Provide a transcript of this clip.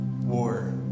war